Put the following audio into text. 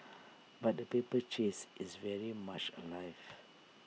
but the paper chase is very much alive